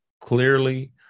Clearly